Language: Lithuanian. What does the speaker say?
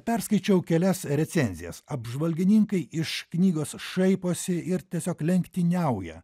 perskaičiau kelias recenzijas apžvalgininkai iš knygos šaiposi ir tiesiog lenktyniauja